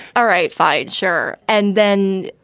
all right, fine. sure. and then,